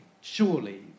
surely